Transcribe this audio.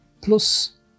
plus